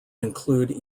include